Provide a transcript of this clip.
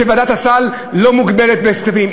שוועדת הסל לא מוגבלת בכספים,